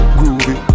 groovy